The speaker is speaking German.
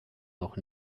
noch